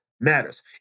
matters